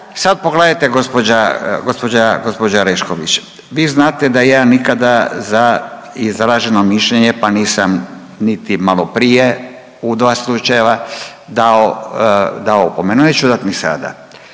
Sad pogledajte gđa., gđa., gđa. Orešković, vi znate da ja nikada za izraženo mišljenje, pa nisam niti maloprije u dva slučajeva dao, dao opomenu, neću dat ni sada,